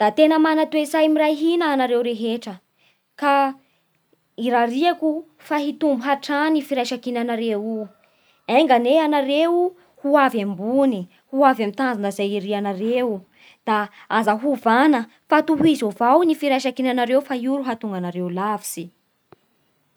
Da tena mana toe-tsay miray hina anareo rehetra ka irariako fa hitombo hatrany ny firaisan-kinanareo Enga anie ianareo ho avy ambony, ho avy amin'ny tanjona izay irinareo Da aza ovana fa tohizo avao ny firaisan-kinanareo fa io no hahatonga anareo ho lavitsy